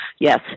Yes